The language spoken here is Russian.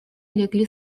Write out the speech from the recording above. легли